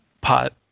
pot